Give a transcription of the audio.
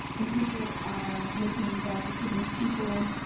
and people are making bad decisions, people